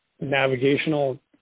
navigational